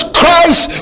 Christ